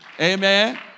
Amen